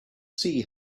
see